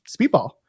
Speedball